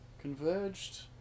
Converged